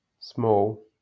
small